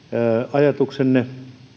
ajatuksenne